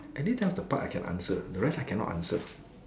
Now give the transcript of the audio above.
only some of the part I can answer the rest I cannot answer